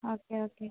okay okay